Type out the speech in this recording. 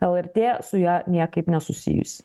lrt su ja niekaip nesusijusi